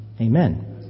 Amen